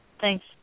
Thanks